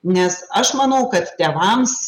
nes aš manau kad tėvams